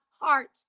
heart